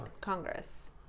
Congress